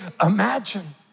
imagine